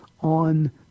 on